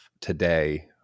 today